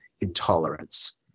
intolerance